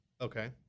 Okay